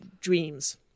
dreams